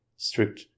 strict